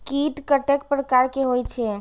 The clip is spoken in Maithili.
कीट कतेक प्रकार के होई छै?